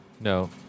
No